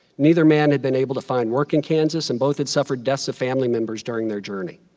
neither man had been able to find work in kansas. and both had suffered deaths of family members during their journey.